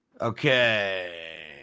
okay